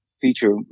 feature